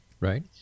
right